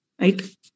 right